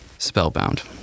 spellbound